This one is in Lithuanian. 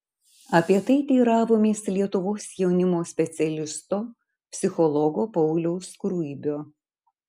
apie tai teiravomės lietuvos jaunimo linijos specialisto psichologo pauliaus skruibio